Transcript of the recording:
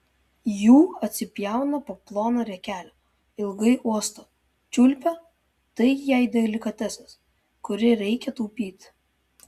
jų atsipjauna po ploną riekelę ilgai uosto čiulpia tai jai delikatesas kurį reikia taupyti